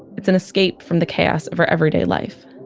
it's an escape from the chaos of her everyday life